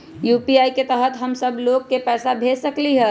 UPI के तहद हम सब लोग को पैसा भेज सकली ह?